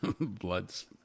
bloods